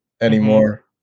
anymore